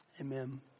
amen